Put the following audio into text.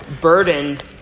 burdened